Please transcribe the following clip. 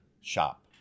shop